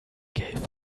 gave